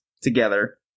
together